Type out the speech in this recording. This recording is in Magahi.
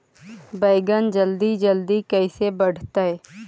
बैगन जल्दी जल्दी कैसे बढ़तै?